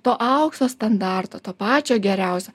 to aukso standarto to pačio geriausio